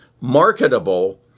marketable